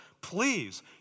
please